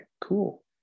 cool